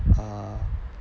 uh